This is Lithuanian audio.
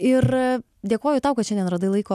ir dėkoju tau kad šiandien radai laiko